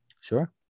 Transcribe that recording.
Sure